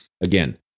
Again